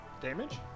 Damage